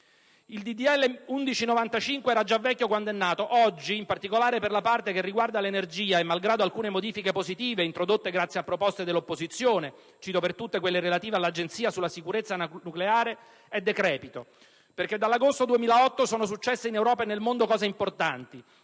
n. 1195 era già vecchio quando è nato, oggi in particolare per la parte che riguarda l'energia, e malgrado alcune modifiche positive introdotte grazie a proposte dell'opposizione (cito per tutte quelle relative all'Agenzia sulla sicurezza nucleare), è decrepito. Dall'agosto 2008 sono infatti successe in Europa e nel mondo cose importanti: